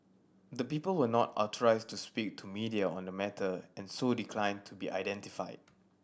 the people were not authorised to speak to media on the matter and so declined to be identified